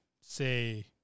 say